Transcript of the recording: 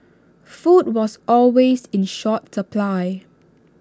food was always in short supply